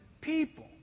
people